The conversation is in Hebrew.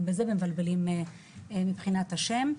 גם בזה מבלבלים מבחינת השם.